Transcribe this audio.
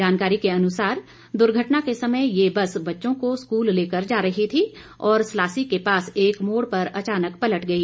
जानकारी के अनुसार दुर्घटना के समय ये बस बच्चों को स्कूल लेकर जा रही थी और सलासी के पास एक मोड़ पर अचानक पलट गई